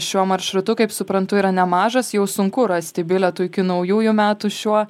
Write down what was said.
šiuo maršrutu kaip suprantu yra nemažas jau sunku rasti bilietų iki naujųjų metų šiuo